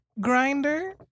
Grinder